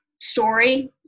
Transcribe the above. story